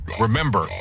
Remember